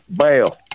Bail